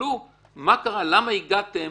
שיסתכלו מה קרה, למה הגעתם